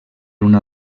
una